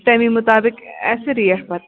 تَمی مُطابِق آسہِ ریٹ پَت